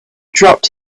dropped